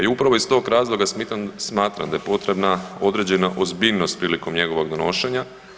I upravo iz tog razloga smatram da je potrebna određena ozbiljnost prilikom njegovog donošenja.